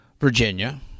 Virginia